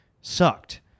Sucked